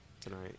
tonight